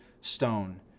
stone